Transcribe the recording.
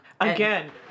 Again